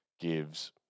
gives